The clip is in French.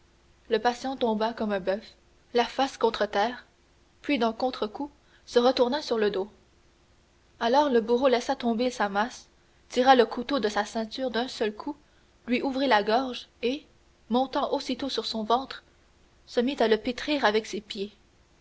le patient tomba comme un boeuf la face contre terre puis d'un contrecoup se retourna sur le dos alors le bourreau laissa tomber sa masse tira le couteau de sa ceinture d'un seul coup lui ouvrit la gorge et montant aussitôt sur son ventre se mit à le pétrir avec ses pieds